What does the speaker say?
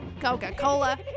Coca-Cola